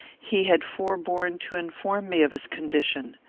he had forborne to inform me of his condition.